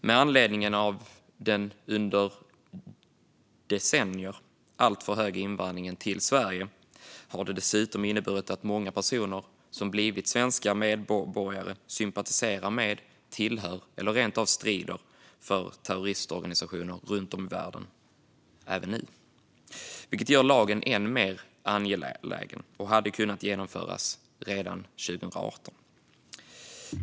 Med anledning av den under decennier alltför höga invandringen till Sverige har det dessutom inneburit att många personer som blivit svenska medborgare sympatiserar med, tillhör eller rent av strider för terroristorganisationer runt om i världen även nu, vilket gör lagen än mer angelägen. Den hade kunnat genomföras redan 2018.